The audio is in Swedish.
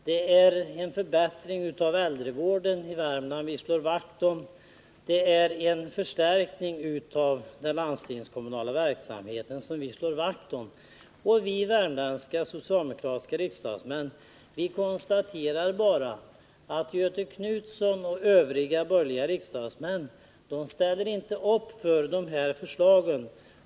Det är en förbättring av äldrevården i Värmland vi slår vakt om. Det är en förstärkning av den landstingskommunala verksamheten som vi slår vakt om. Vi värmländska socialdemokratiska riksdagsmän konstaterar att Göthe Knutson och övriga borgerliga riksdagsmän inte ställer upp för de här förslagen.